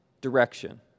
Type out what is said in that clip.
direction